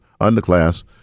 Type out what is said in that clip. underclass